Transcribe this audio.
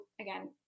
again